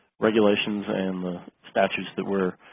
regulations and the statutes that we're